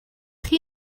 chi